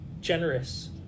generous